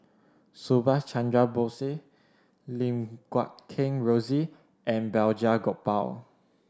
Subhas Chandra Bose Lim Guat Kheng Rosie and Balraj Gopal